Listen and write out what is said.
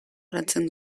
garatzen